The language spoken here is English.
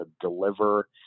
deliver